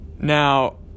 Now